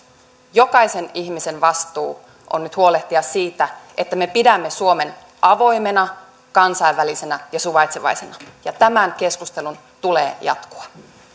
jokaisen ihmisen vastuu on nyt huolehtia siitä että me pidämme suomen avoimena kansainvälisenä ja suvaitsevaisena ja tämän keskustelun tulee jatkua